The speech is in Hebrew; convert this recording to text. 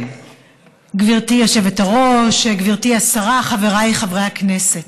גברתי היושבת-ראש, גברתי השרה, חבריי חברי הכנסת,